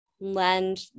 lend